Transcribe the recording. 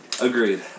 Agreed